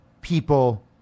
people